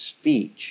speech